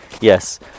Yes